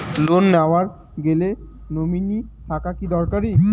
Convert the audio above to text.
Loan নেওয়ার গেলে nominee থাকা কি দরকারী?